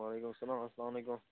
وعلیکُم سلام اسلامُ علیکُم